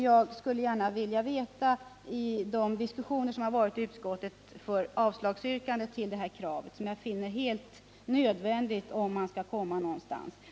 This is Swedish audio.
Jag skulle gärna vilja veta hur man resonerade i utskottet när man avstyrkte det här vpk-kravet, som jag anser att det är helt nödvändigt att tillgodose, om man skall komma någonstans.